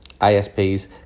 isps